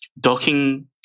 Docking